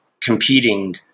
competing